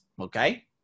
okay